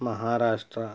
Maharashtra